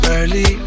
Early